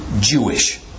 Jewish